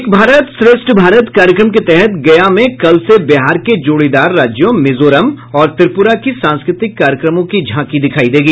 एक भारत श्रेष्ठ भारत कार्यक्रम के तहत गया में कल से बिहार के जोड़ीदार राज्यों मिजोरम और त्रिपुरा की सांस्कृतिक कार्यक्रमों की झांकी दिखाई देगी